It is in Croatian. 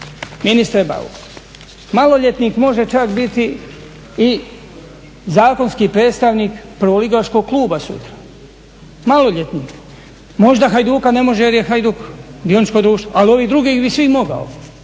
ministre Bauk maloljetnik može čak biti i zakonski predstavnik prvoligaškog kluba sutra, maloljetnik. Možda Hajduka ne može, jer je Hajduk dioničko društvo, ali ovi drugi bi svi mogao